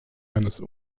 eines